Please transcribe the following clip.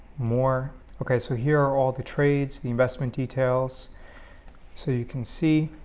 more okay so here are all the trades the investment details so you can see